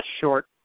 short